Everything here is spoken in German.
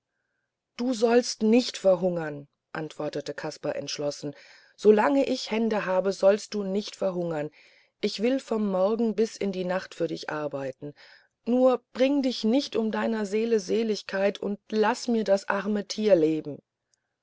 du sollst nicht verhungern antwortete kaspar entschlossen solange ich hände habe sollst du nicht verhungern ich will vom morgen bis in die nacht für dich arbeiten nur bring dich nicht um deiner seele seligkeit und laß mir das arme tier leben